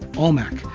almach,